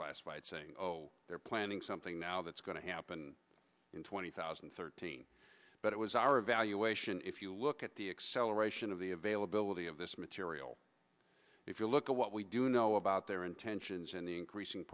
classified saying they're planning something now that's going to happen in twenty thousand and thirteen but it was our evaluation if you look at the acceleration of the availability of this material if you look at what we do know about their intentions and the increasing